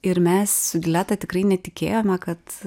ir mes su dileta tikrai netikėjome kad